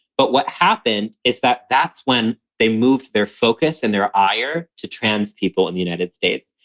but what happened is that that's when they moved their focus and their ire to trans people in the united states.